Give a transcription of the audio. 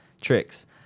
Tricks